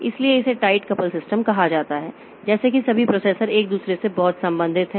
इसलिए इसे tight couple system कहा जाता है जैसे कि सभी प्रोसेसर एक दूसरे से बहुत संबंधित हैं